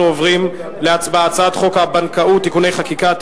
אנחנו עוברים להצבעה על הצעת חוק הבנקאות (תיקוני חקיקה),